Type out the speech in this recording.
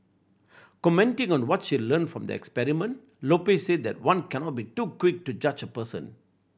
commenting on what she learnt from the experiment Lopez said that one cannot be too quick to judge a person